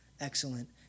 excellent